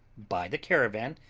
by the caravan,